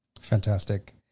Fantastic